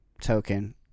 token